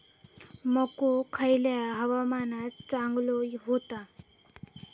मको खयल्या हवामानात चांगलो होता?